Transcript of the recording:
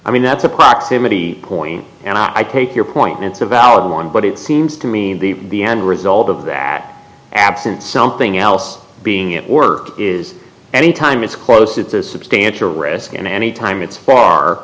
i mean that's a proximity point and i take your point it's a valid one but it seems to me the the end result of that absent something else being at work is any time it's close it's a substantial risk and any time it's far